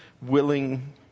willing